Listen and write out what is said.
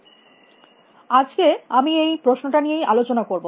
সুতরাং আজকে আমি এই প্রশ্নটা নিয়েই আলোচনা করব